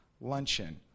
luncheon